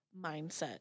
mindset